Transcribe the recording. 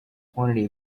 quantity